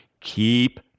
keep